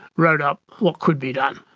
wrote up what could be done.